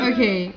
Okay